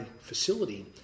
facility